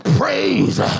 praise